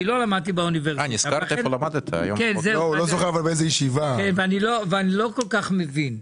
לא למדתי באוניברסיטה ואני לא כל כך מבין.